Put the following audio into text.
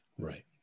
Right